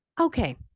Okay